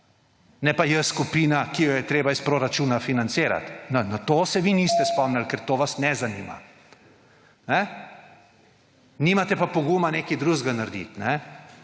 ne pa J skupina, ki jo je treba iz proračuna financirati. Na to se vi niste spomnili, ker vas to ne zanima. Nimate pa poguma nekaj drugega narediti.